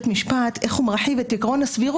ודוח משרד המשפטים בנושא הפעלת הרוגלות על ידי משטרת ישראל,